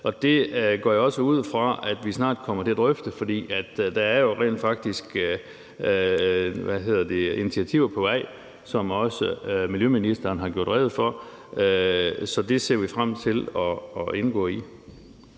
Og det går jeg også ud fra at vi snart kommer til at drøfte, for der er jo rent faktisk initiativer på vej, som også miljøministeren har gjort rede for. Så det ser vi frem til at indgå i.